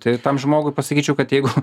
tai tam žmogui pasakyčiau kad jeigu